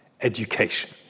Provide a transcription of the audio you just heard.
education